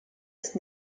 ist